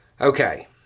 Okay